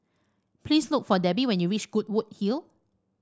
please look for Debbi when you reach Goodwood Hill